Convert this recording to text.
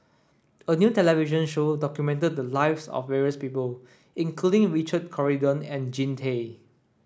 a new television show documented the lives of various people including Richard Corridon and Jean Tay